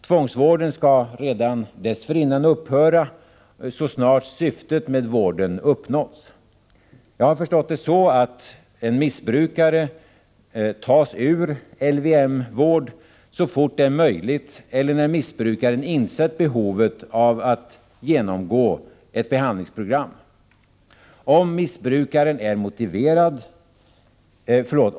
Tvångsvården skall redan dessförinnan upphöra så snart syftet med vården uppnåtts. Jag har förstått det så, att en missbrukare tas ur ”LVM-vård” så fort det är möjligt eller när missbrukaren insett behovet av att genomgå ett behandlingsprogram.